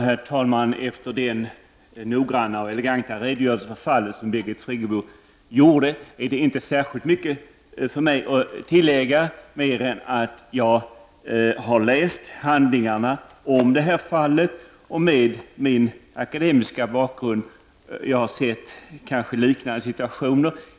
Herr talman! Efter denna noggranna och eleganta redogörelse av Birgit Friggebo finns inte särskilt mycket för mig att tillägga mer än att jag har läst handlingarna rörande detta fall. I min akademiska gärning har jag varit med om liknande situationer.